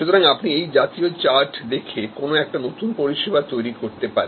সুতরাং আপনি এই জাতীয় চার্ট দেখে কোন একটা নতুন পরিষেবা তৈরি করতে পারেন